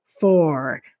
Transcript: four